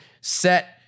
set